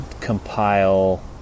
compile